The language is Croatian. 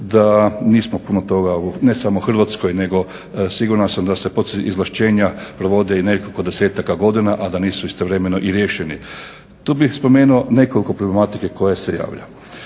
da nismo puno toga, ne samo Hrvatskoj nego siguran sam da se podizvlašćenja provode i nekoliko desetaka godina a da nisu istovremeno i riješeni. Tu bih spomenuo nekoliko problematike koja se javlja.